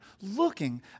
looking